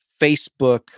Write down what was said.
Facebook